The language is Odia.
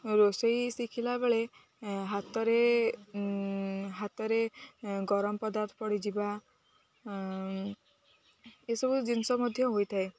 ରୋଷେଇ ଶିଖିଲା ବେଳେ ହାତରେ ହାତରେ ଗରମ ପଦାର୍ଥ ପଡ଼ିଯିବା ଏସବୁ ଜିନିଷ ମଧ୍ୟ ହୋଇଥାଏ